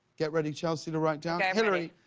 get ready, chelsea, to write down. hilary,